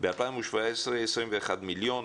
ב-2017 21,000,000,